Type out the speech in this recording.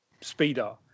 speeder